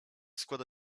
składa